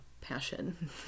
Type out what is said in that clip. passion